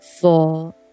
four